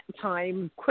time